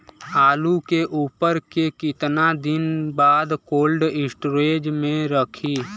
आलू के उपज के कितना दिन बाद कोल्ड स्टोरेज मे रखी?